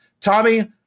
Tommy